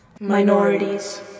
Minorities